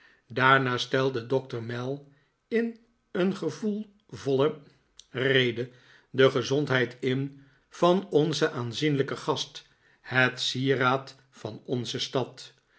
daarna stelde doctor mell in een gevoelvolle rede de gezondheid in van onzen aanzienlijken gast het sieraad van onze stad